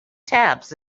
taps